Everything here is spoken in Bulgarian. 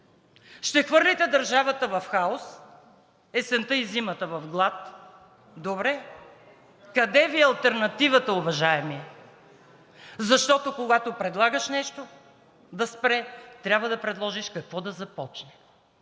Ще хвърлите държавата в хаос, есента и зимата в глад. Добре, къде Ви е алтернативата, уважаеми!? Защото, когато предлагаш нещо да спре, трябва да предложиш какво да започне.